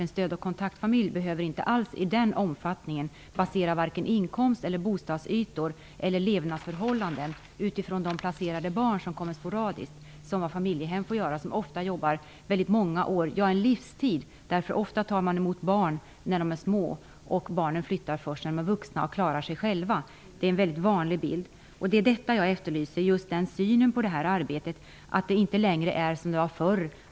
En stöd och kontaktfamilj behöver inte alls basera vare sig inkomster, bostadsytor eller levnadsförhållanden på de placerade barnen, som kommer sporadiskt, i den omfattning som ett familjehem får göra. I ett familjehem jobbar man ofta väldigt många år, ja, en livstid. Ofta tar man emot barn när de är små, och barnen flyttar först när de är vuxna och klarar sig själva. Det är en mycket vanlig bild. Jag efterlyser just den synen på det här arbetet. Det skall inte vara som det var förr.